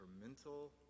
mental